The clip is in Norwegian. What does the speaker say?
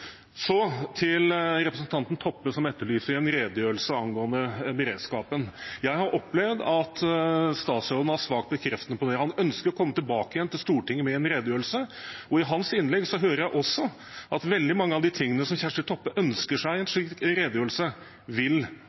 Så til representanten Toppe, som etterlyser en redegjørelse angående beredskapen: Jeg opplever at statsråden har svart bekreftende på det. Han ønsker å komme tilbake til Stortinget med en redegjørelse. Av hans innlegg hører jeg også at veldig mye av det Kjersti Toppe ønsker seg i en slik redegjørelse, vil